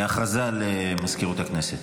הודעה למזכירות הכנסת.